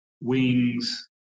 wings